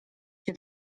się